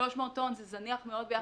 300 טון זה זניח מאוד ביחס לגידול שם.